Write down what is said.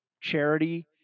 charity